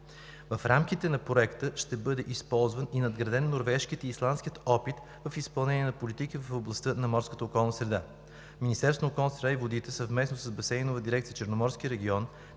В рамките на Проекта ще бъде използван и надграден норвежкият и исландският опит в изпълнение на политики в областта на морската околна среда. Министерството на околната среда и водите съвместно с Басейнова дирекция „Черноморски регион“